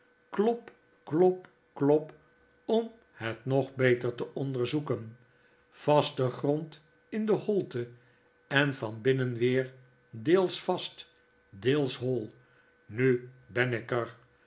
om het nog beter te onderzoeken vaste grond in de holte en van binnen weer deels vast deels hoi nu ben ik er